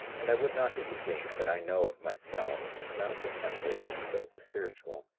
and i would not that ye think that i know of myself not of the temporal but of the spiritual,